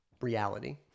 reality